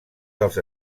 dels